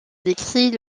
décrit